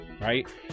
right